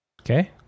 Okay